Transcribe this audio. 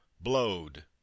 blowed